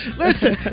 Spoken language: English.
listen